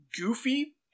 goofy